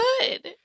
good